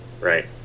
right